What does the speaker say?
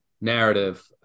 narrative